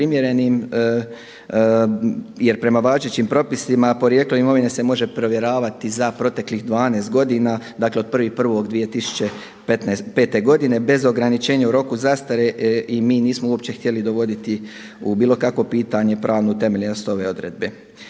neprimjerenim, jer prema važećim propisima porijeklo imovine se može provjeravati za proteklih 12 godina, dakle od 1.1.2005. godine bez ograničenja u roku zastare. I mi nismo uopće htjeli dovoditi u bilo kakvo pitanje pravnu utemeljenost ove odredbe.